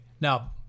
Now